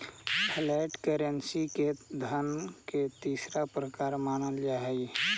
flat currency के धन के तीसरा प्रकार मानल जा हई